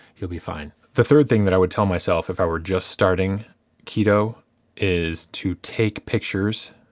you'll be fine. the third thing that i would tell myself if i were just starting keto is to take pictures,